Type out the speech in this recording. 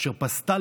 אשר פשתה,